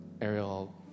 Ariel